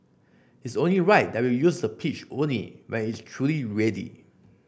it's only right that we use the pitch only when it's truly ready